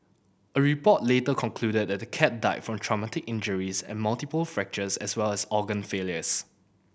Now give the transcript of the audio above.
a report later concluded that the cat died from traumatic injuries and multiple fractures as well as organ failures